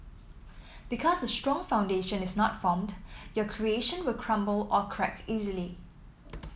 because a strong foundation is not formed your creation will crumble or crack easily